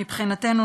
מבחינתנו,